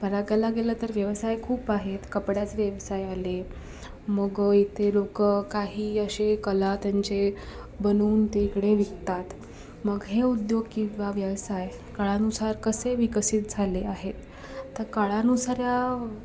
पराकला गेलं तर व्यवसाय खूप आहेत कपड्यातले व्यवसाय आले मग इथे लोकं काही असे कला त्यांचे बनवून ते इकडे विकतात मग हे उद्योग किंवा व्यवसाय काळानुसार कसे विकसित झाले आहेत तर काळानुसार